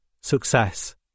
Success